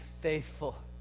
faithful